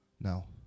No